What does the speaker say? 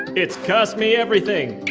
it's cost me everything.